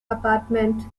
apartment